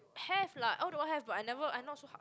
have lah all the while have but I never I not so